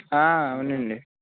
అవునండి